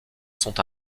sont